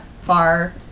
far